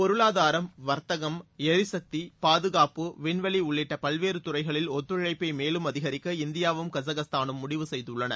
பொருளாதாரம் வர்த்தகம் எரிசக்தி பாதுகாப்பு விண்வெளி உள்ளிட்ட பல்வேறு துறைகளில் ஒத்துழைப்பை மேலும் அதிகரிக்க இந்தியாவும் கஜகஸ்தானும் முடிவு செய்துள்ளன